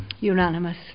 Unanimous